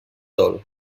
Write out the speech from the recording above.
dol